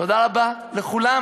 תודה רבה לכולם,